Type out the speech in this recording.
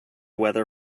weather